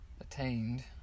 attained